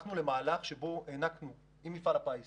שבו הענקנו עם מפעל הפיס